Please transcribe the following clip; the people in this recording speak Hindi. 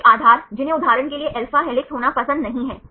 कुछ आधार जिन्हें उदाहरण के लिए alpha हेलिक्स होना पसंद नहीं है